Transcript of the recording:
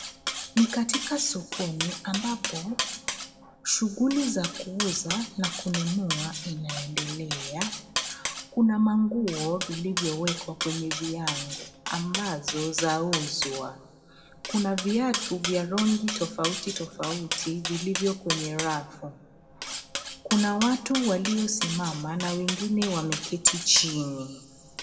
Ni katika sokoni ambapo shughuli za kuuza na kununua inaendelea. Kuna manguo vilivyowekwa kwenye viango ambazo zauzwa. Kuna viatu vya rangi tofauti tofauti vilivyo kwenye rafu. Kuna watu waliosimama na wengine wameketi chini.